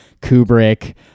Kubrick